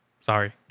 sorry